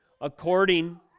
according